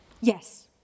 Yes